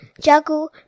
juggle